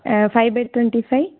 five five twenty five